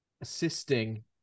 assisting